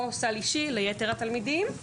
או סל אישי ליתר התלמידים.